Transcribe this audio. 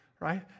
right